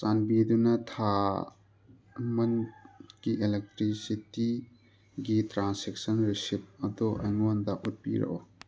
ꯆꯥꯟꯕꯤꯗꯨꯅ ꯊꯥ ꯑꯃꯟꯒꯤ ꯑꯦꯂꯦꯛꯇ꯭ꯔꯤꯁꯤꯇꯤꯒꯤ ꯇ꯭ꯔꯥꯟꯁꯦꯛꯁꯟ ꯔꯤꯁꯤꯞ ꯑꯗꯣ ꯑꯩꯉꯣꯟꯗ ꯎꯠꯄꯤꯔꯛꯑꯣ